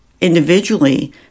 individually